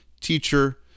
Teacher